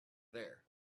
there